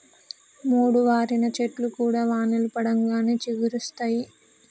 మోడువారిన చెట్లు కూడా వానలు పడంగానే చిగురిస్తయి